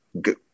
good